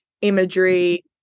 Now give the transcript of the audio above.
imagery